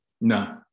no